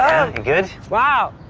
good? wow,